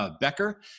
Becker